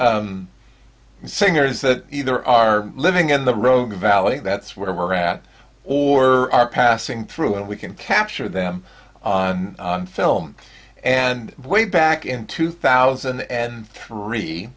t singers that either are living in the rogue valley that's where we're at or are passing through and we can capture them on film and way back in two thousand and three